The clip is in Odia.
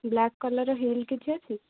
ବ୍ଲାକ୍ କଲର୍ର ହିଲ୍ କିଛି ଅଛି